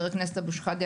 חבר הכנסת אבו שחאדה,